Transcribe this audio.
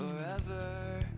forever